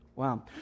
Wow